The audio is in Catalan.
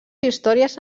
històries